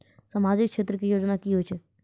समाजिक क्षेत्र के योजना की होय छै?